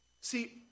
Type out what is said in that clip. See